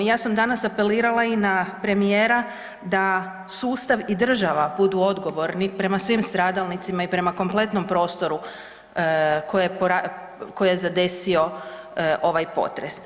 Ja sam danas apelirala i na premijera da sustav i država budu odgovorni prema svim stradalnicima i prema kompletnom prostoru koje je zadesio ovaj potres.